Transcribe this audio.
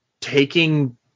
taking